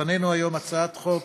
לפנינו היום הצעת חוק